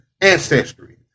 ancestry